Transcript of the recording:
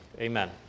Amen